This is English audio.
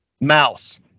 Mouse